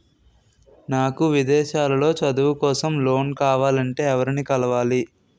నాకు విదేశాలలో చదువు కోసం లోన్ కావాలంటే ఎవరిని కలవాలి?